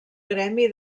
gremi